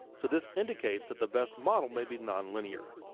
so this indicates that the best model may be nonlinear.